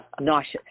Nauseous